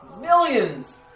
Millions